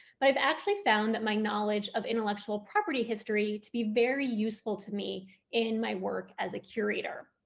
but i've actually found that my knowledge of intellectual property history to be very useful to me in my work as a curator,